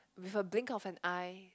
with a blink of an eye